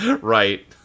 Right